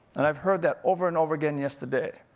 and i've heard that over and over again yesterday.